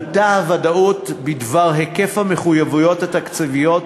עלתה הוודאות בדבר היקף המחויבויות התקציביות,